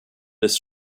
this